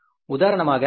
உதாரணமாக நாம் ஐ